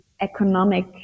economic